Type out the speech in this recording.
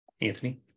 Anthony